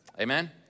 Amen